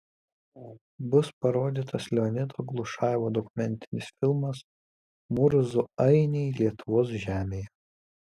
bus parodytas leonido glušajevo dokumentinis filmas murzų ainiai lietuvos žemėje